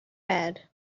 bed